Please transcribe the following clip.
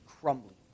crumbling